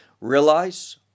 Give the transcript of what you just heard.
Realize